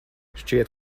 šķiet